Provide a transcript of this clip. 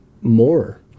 more